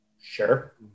Sure